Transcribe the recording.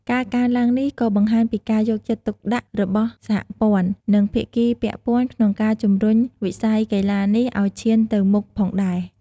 ការកើនឡើងនេះក៏បង្ហាញពីការយកចិត្តទុកដាក់របស់សហព័ន្ធ និងភាគីពាក់ព័ន្ធក្នុងការជំរុញវិស័យកីឡានេះឲ្យឈានទៅមុខផងដែរ។